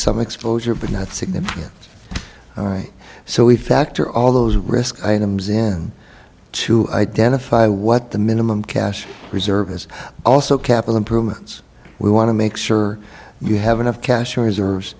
some exposure but not significant all right so we factor all those risk items in to identify what the minimum cash reserve is also capital improvements we want to make sure you have enough cash reserves